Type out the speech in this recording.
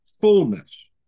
fullness